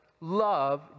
love